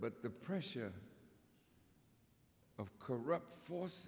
but the pressure of corrupt force